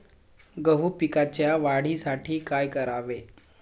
गहू पिकाच्या वाढीसाठी काय करावे?